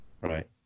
Right